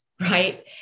right